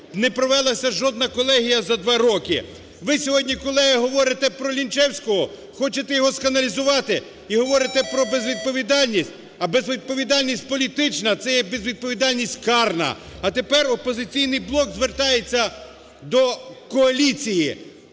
Не провелася жодна колегія за два роки. Ви сьогодні, колеги, говорите про Лінчевського, хочете його сканалізувати і говорите про безвідповідальність. А безвідповідальність політична – це є безвідповідальність карна. А тепер "Опозиційний блок" звертається до коаліції.